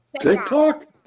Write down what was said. TikTok